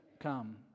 come